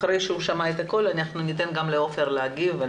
אחרי שעופר ישמע את הכול ניתן גם לו להגיב על